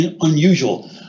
unusual